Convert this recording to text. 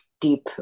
deep